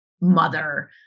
Mother